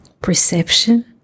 perception